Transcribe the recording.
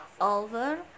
Over